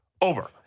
over